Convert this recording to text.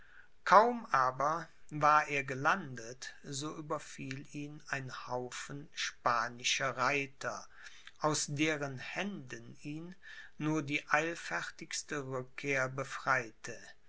kaum aber war er gelandet so überfiel ihn ein haufen spanischer reiter aus deren händen ihn nur die eilfertigste rückkehr befreite